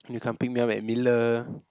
you can pick me up at miller